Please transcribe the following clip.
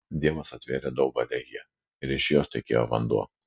dievas atvėrė daubą lehyje ir iš jos tekėjo vanduo